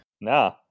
No